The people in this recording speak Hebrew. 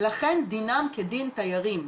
לכן דינם כדין תיירים,